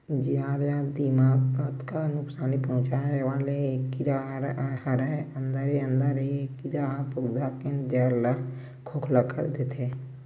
जियार या दिमक अतका नुकसानी पहुंचाय वाले कीरा हरय अंदरे अंदर ए कीरा ह पउधा के जर ल खोखला कर देथे